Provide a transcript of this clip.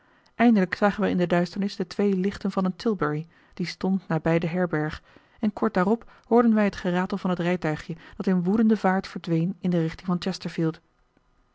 eindelijk zagen wij in de duisternis de twee lichten van een tilbury die stond nabij de herberg en kort daarop hoorden wij het geratel van het rijtuigje dat in woedende vaart verdween in de richting van